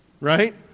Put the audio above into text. right